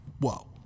whoa